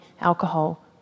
alcohol